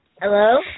Hello